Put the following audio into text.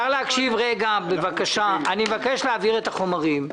אני מבקש להעביר את החומרים.